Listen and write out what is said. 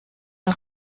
mal